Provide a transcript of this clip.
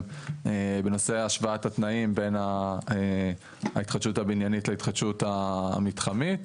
בנושא השוואת התנאים בין ההתחדשות הבניינית להתחדשות המתחמית.